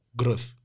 growth